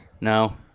No